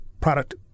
product